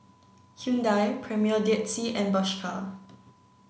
Hyundai Premier Dead Sea and Bershka